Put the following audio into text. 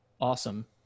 awesome